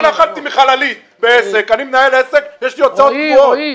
אני מנהל עסק, יש לי הוצאות קבועות.